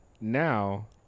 now –